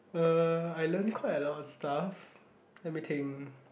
uh I learn quite a lot of stuff let me think